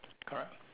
correct